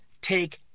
take